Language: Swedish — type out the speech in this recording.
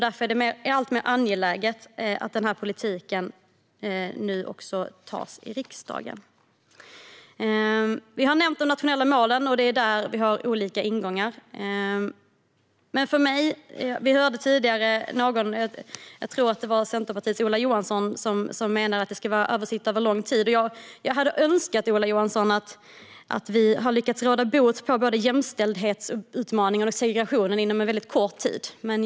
Därför är det ännu mer angeläget att den här politiken antas i riksdagen. De nationella målen har nämnts här. Det är där som vi har olika ingångar. Centerpartiets Ola Johansson menade att målen ska gälla under lång tid. Jag hade önskat, Ola Johansson, att vi hade lyckats råda bot på både jämställdhetsutmaningar och segregationen inom en väldigt kort tid.